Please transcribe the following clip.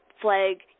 flag